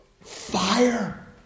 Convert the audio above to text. fire